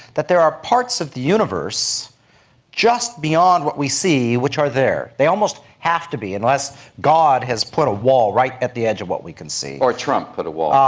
that there are parts of the universe just beyond what we see which are there. they almost have to be, unless god has put a wall right at the edge of what we can see. or trump put a wall.